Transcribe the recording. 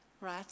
right